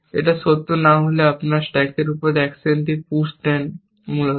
এটি সত্য না হলে আপনি স্ট্যাকের উপর একটি অ্যাকশন পুসড দেন মূলত